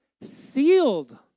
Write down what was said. Sealed